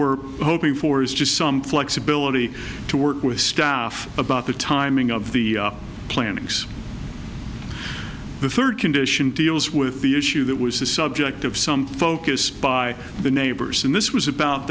we're hoping for is just some flexibility to work with staff about the timing of the plantings the third condition deals with the issue that was the subject of some focus by the neighbors and this was about